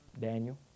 Daniel